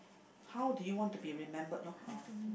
how do you want to be remembered loh oh